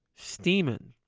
steaming.